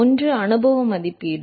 ஒன்று அனுபவ மதிப்பீடு